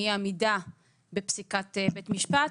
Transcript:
מאי עמידה בפסיקת בית משפט,